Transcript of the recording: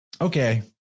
okay